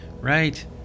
right